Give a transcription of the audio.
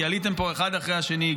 כי עליתם פה אחד אחרי השני,